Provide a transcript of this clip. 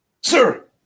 Sir